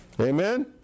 Amen